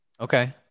Okay